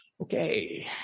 Okay